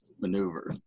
maneuver